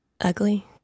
ugly